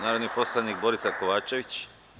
Narodni poslanik Borisav Kovačević.